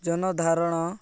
ଜନଧାରଣ